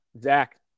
Zach